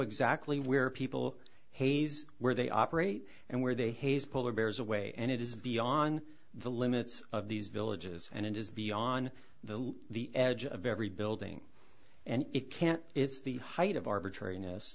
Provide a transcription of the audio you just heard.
exactly where people hayes where they operate and where they haze polar bears away and it is beyond the limits of these villages and it is beyond the the edge of every building and it can't it's the height of arbitrariness